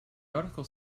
article